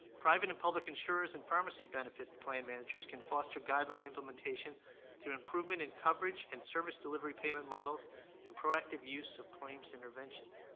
private and public insurers and pharmacy benefit plan managers can foster guideline implementation through an improvement in coverage and service delivery payment models and proactive use of claims interventions,